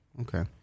okay